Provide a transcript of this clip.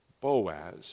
Boaz